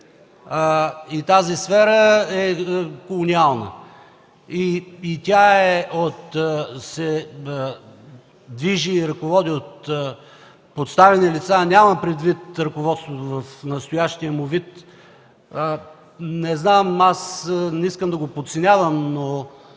Тази сфера е колониална. Тя се движи и ръководи от подставени лица. Нямам предвид ръководството в настоящия му вид. Не знам, не искам да го подценявам, но